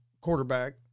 quarterback